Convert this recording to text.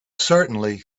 certainly